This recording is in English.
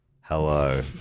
hello